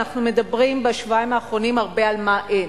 אנחנו מדברים בשבועיים האחרונים הרבה על מה אין,